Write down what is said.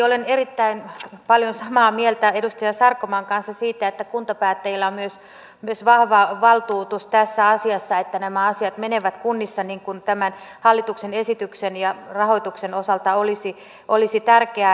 olen erittäin paljon samaa mieltä edustaja sarkomaan kanssa siitä että kuntapäättäjillä on myös vahva valtuutus tässä asiassa että nämä asiat menisivät kunnissa niin kuin tämän hallituksen esityksen ja rahoituksen osalta olisi tärkeää